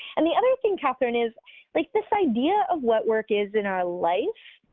and the other thing, kathryn, is like this idea of what work is in our life,